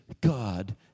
God